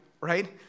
right